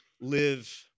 live